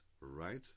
right